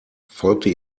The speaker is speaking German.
folgte